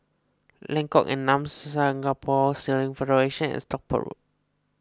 Lengkok Enam Singapore Sailing Federation and Stockport Road